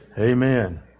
Amen